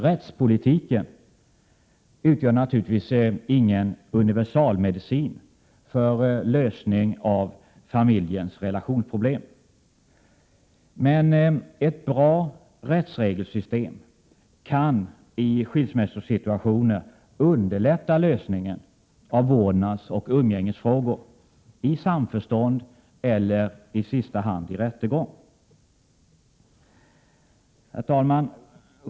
Rättspolitiken utgör naturligtvis ingen universalmedicin för lösning av familjens relationsproblem. Men ett bra rättsregelsystem kan i skilsmässosituationer underlätta lösningen av vårdnadsoch umgängesfrågor i samförstånd eller i sista hand i rättegång. Herr talman!